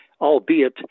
albeit